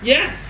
Yes